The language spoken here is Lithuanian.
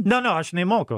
ne ne aš nemoku